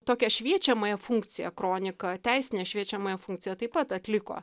tokią šviečiamąją funkciją kronika teisinę šviečiamąją funkciją taip pat atliko